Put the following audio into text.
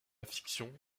fiction